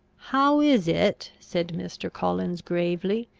how is it, said mr. collins, gravely,